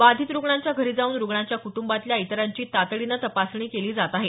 बाधित रुग्णांच्या घरी जाऊन रुग्णाच्या कुटंबातल्या इतरांची तातडीनं तपासणी केली जात आहे